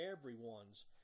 everyone's